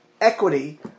equity